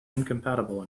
incompatible